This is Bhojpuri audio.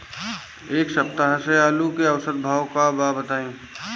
एक सप्ताह से आलू के औसत भाव का बा बताई?